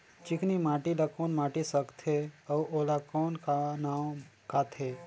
चिकनी माटी ला कौन माटी सकथे अउ ओला कौन का नाव काथे?